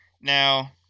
now